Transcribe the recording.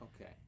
Okay